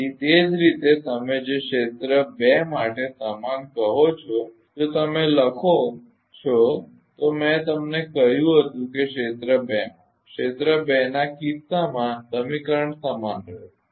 તેથી તે જ રીતે તમે જે ક્ષેત્ર બે માટે સમાન કહો છો જો તમે લખો છો તો મેં તમને કહ્યું હતું કે ક્ષેત્ર બે માં ક્ષેત્ર બે ના કિસ્સામાં સમીકરણ સમાન રહેશે